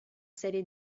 serie